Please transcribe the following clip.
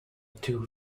two